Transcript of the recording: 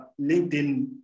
LinkedIn